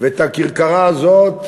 ואת הכרכרה הזאת,